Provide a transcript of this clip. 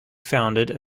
founded